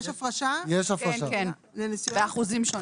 באחוזים שונים.